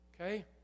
Okay